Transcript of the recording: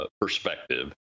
perspective